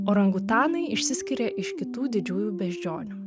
orangutanai išsiskiria iš kitų didžiųjų beždžionių